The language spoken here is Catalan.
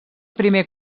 primer